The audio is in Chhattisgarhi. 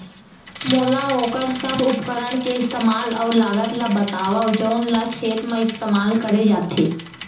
मोला वोकर सब उपकरण के इस्तेमाल अऊ लागत ल बतावव जउन ल खेत म इस्तेमाल करे जाथे?